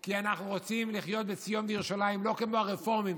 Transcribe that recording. כי אנחנו רוצים לחיות בציון וירושלים לא כמו הרפורמים,